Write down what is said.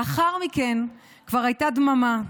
לאחר מכן כבר הייתה דממה.